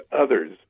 others